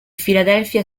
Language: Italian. philadelphia